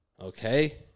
Okay